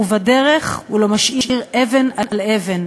ובדרך הוא לא משאיר אבן על אבן,